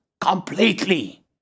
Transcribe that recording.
completely